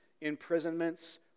imprisonments